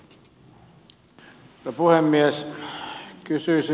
herra puhemies